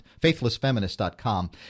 FaithlessFeminist.com